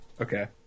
okay